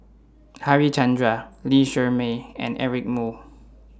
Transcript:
Harichandra Lee Shermay and Eric Moo